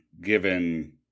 given